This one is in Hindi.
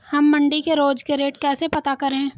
हम मंडी के रोज के रेट कैसे पता करें?